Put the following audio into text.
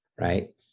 right